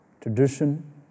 tradition